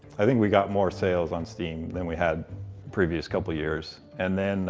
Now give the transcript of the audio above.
i think we got more sales on steam than we had previous couple years. and then